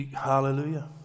Hallelujah